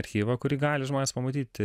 archyvą kurį gali žmonės pamatyti